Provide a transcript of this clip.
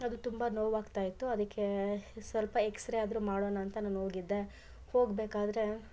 ಅದು ತುಂಬ ನೋವಾಗ್ತಾಯಿತ್ತು ಅದಕ್ಕೇ ಸ್ವಲ್ಪ ಎಕ್ಸ್ರೇ ಆದರು ಮಾಡೋಣ ಅಂತ ನಾನು ಹೋಗಿದ್ದೆ ಹೋಗಬೇಕಾದ್ರೆ